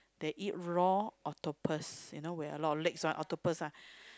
they eat raw octopus you know with a lot of legs one octopus ah